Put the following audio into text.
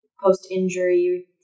post-injury